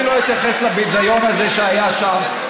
אני לא אתייחס לביזיון הזה שהיה שם,